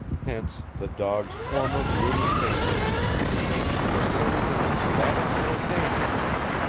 hence the dog's former gloomy pacing changed to a series of ecstatic little dance steps,